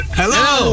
hello